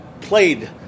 played